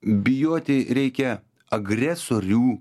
bijoti reikia agresorių